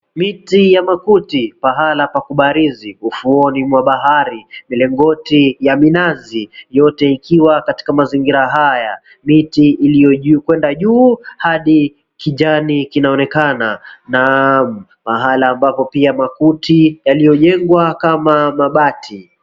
Miti ya makuti, pahali pa kubarizi, ufuoni mwa bahari, milingoti ya minazi yote ikiwa katika mazingira haya. Miti iliokwenda juu hadi kijani kinaonekana na mahala ambapo pia makuti yaliyojengwa kama mabati.